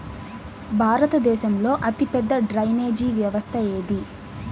భారతదేశంలో అతిపెద్ద డ్రైనేజీ వ్యవస్థ ఏది?